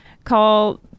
Call